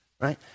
right